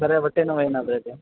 ಬರೀ ಹೊಟ್ಟೆ ನೋವು ಏನಾದರೂ ಇದೆಯಾ